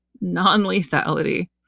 non-lethality